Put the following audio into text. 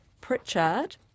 Pritchard